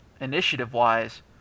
initiative-wise